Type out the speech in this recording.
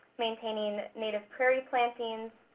maintaining native prairie plantings.